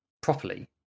properly